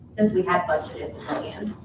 since we had budgeted and